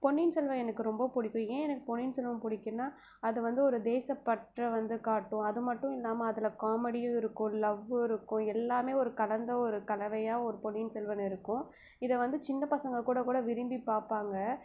பொன்னியின் செல்வன் எனக்கு ரொம்பப் பிடிக்கும் ஏன் எனக்கு பொன்னியின் செல்வன் பிடிக்குன்னா அது வந்து ஒரு தேசப்பற்றை வந்து காட்டும் அதுமட்டும் இல்லாமல் அதில் காமெடியும் இருக்கும் லவ்வும் இருக்கும் எல்லாமே ஒரு கலந்த ஒரு கலவையாக ஒரு பொன்னியின் செல்வன் இருக்கும் இதை வந்து சின்னப் பசங்க கூட கூட விரும்பிப் பார்ப்பாங்க